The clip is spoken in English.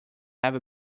have